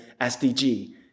SDG